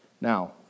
Now